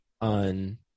on